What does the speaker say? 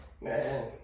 Man